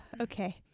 okay